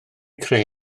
creu